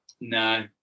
No